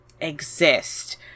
exist